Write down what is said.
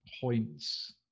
points